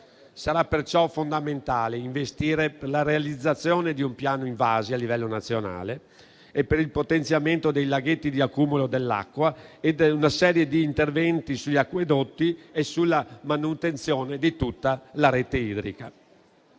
Sarà perciò fondamentale investire nella realizzazione di un piano invasi a livello nazionale e per il potenziamento dei laghetti di accumulo dell'acqua e in una serie di interventi sugli acquedotti e sulla manutenzione di tutta la rete idrica.